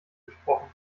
gesprochen